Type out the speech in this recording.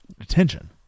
attention